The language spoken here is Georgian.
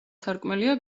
სარკმელია